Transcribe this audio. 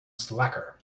slacker